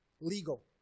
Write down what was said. Legal